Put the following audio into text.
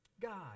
God